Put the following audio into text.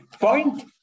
point